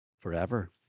forever